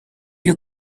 you